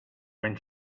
when